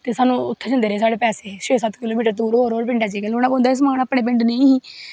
ते साह्नू उत्थें जंदे रेह् साढ़े पैसे छो सत्त किलो मीटर दूर होर होर पिंडै लेओना पौंदा हा समान अपनै नेंई ही